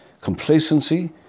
complacency